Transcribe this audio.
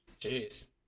Jeez